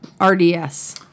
RDS